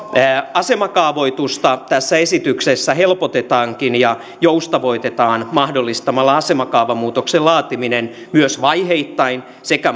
asemakaavoitusta tässä esityksessä helpotetaankin ja joustavoitetaan mahdollistamalla asemakaavamuutoksen laatiminen myös vaiheittain sekä